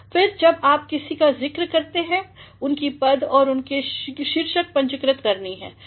फिर जब आप किसी की ज़िक्र करते हैं उनकी पद और शीर्षक पूंजीकृतकरनी है